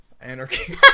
anarchy